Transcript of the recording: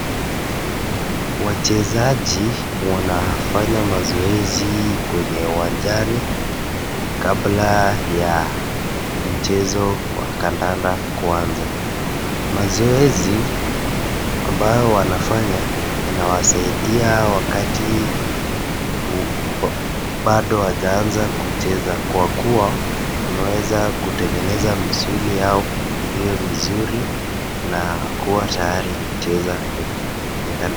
Wachezaji wanafanya mazoezi kwenye uwanjani kbla ya mchezo wa kandanda kuanza. Mazoezi ambayo wanafanya inawasaidia wakati bado wajaanza kucheza kwa kua wanaweza kutengeneza misuli yao iwe mizuri na kuwa tayari kucheza kwenye kandanda.